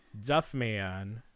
Duffman